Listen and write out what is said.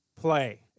play